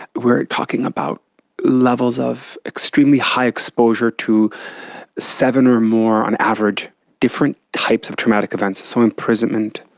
we're talking about levels of extremely high exposure to seven or more on average different types of traumatic events, so imprisonment,